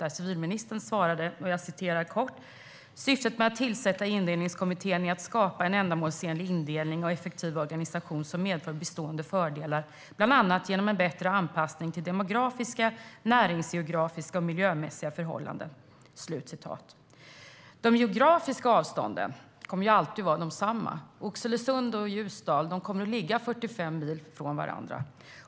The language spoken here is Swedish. Jag citerar kort ur civilministerns interpellationssvar: "Syftet med att tillsätta Indelningskommittén är att skapa en ändamålsenlig indelning och effektiva organisationer som medför bestående fördelar bland annat genom en bättre anpassning till demografiska, näringsgeografiska och miljömässiga förhållanden." De geografiska avstånden kommer alltid att vara desamma. Oxelösund och Ljusdal kommer att ligga 45 mil från varandra.